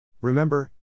Remember